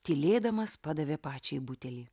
tylėdamas padavė pačiai butelį